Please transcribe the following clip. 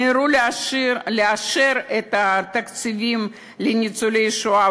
מיהרו לאשר את התקציבים לניצולי שואה,